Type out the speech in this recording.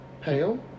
pale